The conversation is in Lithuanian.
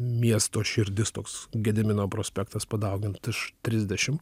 miesto širdis toks gedimino prospektas padaugint iš trisdešim